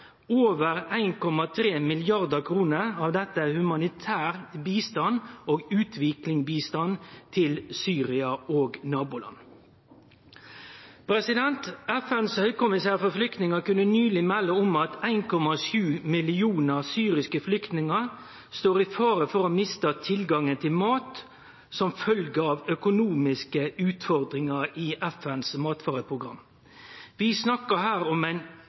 Over 1,3 mrd. kr av dette er humanitær bistand og utviklingsbistand til Syria og naboland. FNs høgkommissær for flyktningar kunne nyleg melde om at 1,7 millionar syriske flyktningar står i fare for å miste tilgangen til mat som følgje av økonomiske utfordringar i FNs matvareprogram. Vi snakkar her om ein